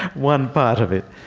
one part of it.